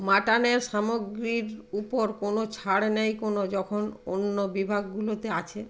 মাটনের সামগ্রীর উপর কোনও ছাড় নেই কোনও যখন অন্য বিভাগগুলোতে আছে